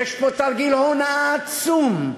יש פה תרגיל הונאה עצום.